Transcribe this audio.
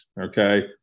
Okay